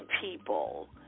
people